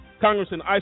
Congressman